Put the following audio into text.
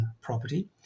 property